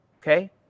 Okay